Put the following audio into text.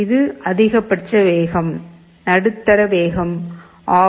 இது அதிகபட்ச வேகம் நடுத்தர வேகம் ஆஃப்